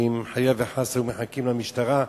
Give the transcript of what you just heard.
ואם חלילה וחס היו מחכים למשטרה,